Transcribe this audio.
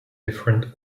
different